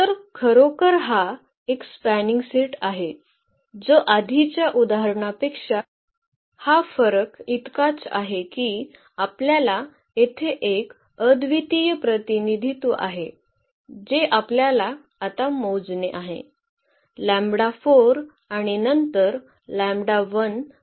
तर खरोखर हा एक स्पॅनिंग सेट आहे जो आधीच्या उदाहरणापेक्षा हा फरक इतकाच आहे की आपल्याला येथे एक अद्वितीय प्रतिनिधित्व आहे जे आपल्याला आता मोजणे आहे